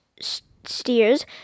steers